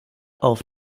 auf